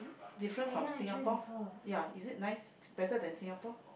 different from Singapore ya is it nice better than Singapore